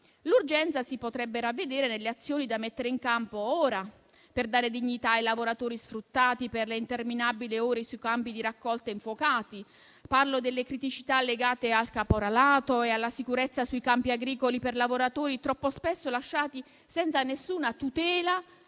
L'urgenza si potrebbe ravvedere nelle azioni da mettere in campo per dare dignità ai lavoratori sfruttati per le interminabili ore sui campi di raccolta infuocati; parlo delle criticità legate al caporalato e alla sicurezza sui campi agricoli per lavoratori troppo spesso lasciati senza nessuna tutela